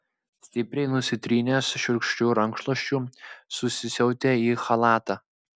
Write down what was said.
stipriai nusitrynęs šiurkščiu rankšluosčiu susisiautė į chalatą